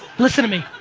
listen to me.